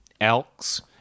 Elks